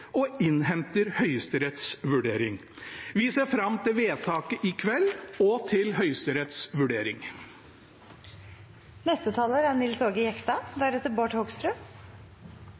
og innhenter Høyesteretts vurdering. Vi ser fram til vedtaket i kveld og til